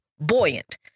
buoyant